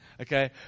okay